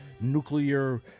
nuclear